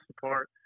support